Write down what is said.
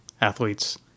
athletes